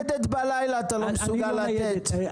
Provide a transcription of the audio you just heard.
ניידת בלילה אתה לא מסוגל לתת,